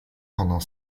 pendant